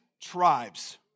tribes